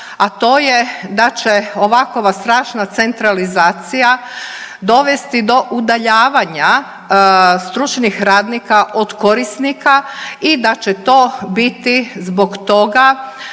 a to je da će ovakova strašna centralizacija dovesti do udaljavanja stručnih radnika od korisnika i da će to biti zbog toga